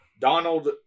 Donald